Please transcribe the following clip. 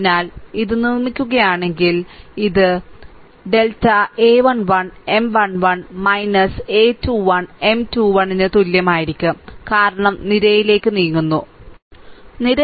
അതിനാൽ നിങ്ങൾ ഇത് നിർമ്മിക്കുകയാണെങ്കിൽ നിങ്ങൾ ഇത് ഉണ്ടാക്കുകയാണെങ്കിൽ അത് delta a11 M 1 1 a21 M 21 ന് തുല്യമായിരിക്കും കാരണം നിരയിലേക്ക് നീങ്ങുന്നു അല്ലേ